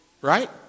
right